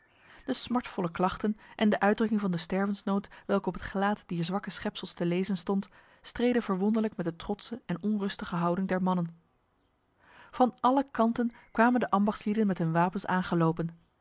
de smartvolle klachten en de uitdrukking van de stervensnood welke op het gelaat dier zwakke schepsels te lezen stond streden verwonderlijk met de trotse en onrustige houding der mannen van alle kanten kwamen de ambachtslieden met hun wapens aangelopen